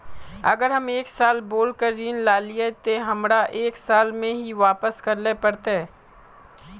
अगर हम एक साल बोल के ऋण लालिये ते हमरा एक साल में ही वापस करले पड़ते?